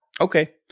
Okay